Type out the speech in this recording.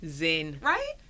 Right